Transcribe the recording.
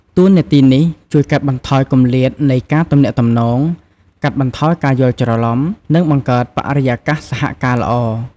តួនាទីនេះជួយកាត់បន្ថយគម្លាតនៃការទំនាក់ទំនង កាត់បន្ថយការយល់ច្រឡំ និងបង្កើតបរិយាកាសសហការល្អ។